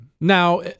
Now